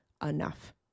enough